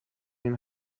این